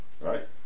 Right